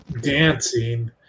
dancing